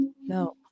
no